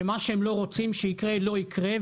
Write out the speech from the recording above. שמה שהם לא רוצים שיקרה לא יקרה,